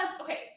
okay